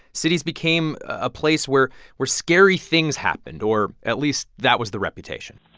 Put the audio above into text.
cities became a place where where scary things happened, or at least that was the reputation